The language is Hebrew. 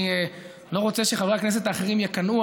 אני לא רוצה שחברי הכנסת האחרים יקנאו,